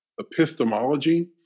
epistemology